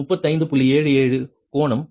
77 கோணம் 116